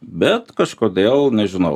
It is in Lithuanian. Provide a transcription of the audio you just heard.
bet kažkodėl nežinau